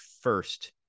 first